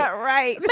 but right.